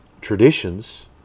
traditions